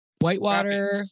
Whitewater